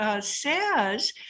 says